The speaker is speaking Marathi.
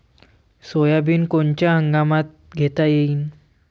सोयाबिन कोनच्या हंगामात घेता येईन?